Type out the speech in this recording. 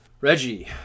Reggie